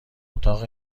اتاق